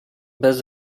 bez